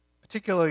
particularly